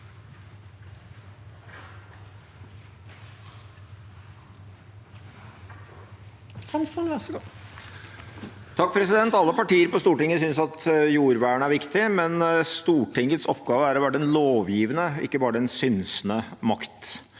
(MDG) Alle partier på Stortinget synes at jordvern er viktig, men Stortingets oppgave er å være den lovgivende, ikke bare den synsende makt.